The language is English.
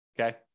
Okay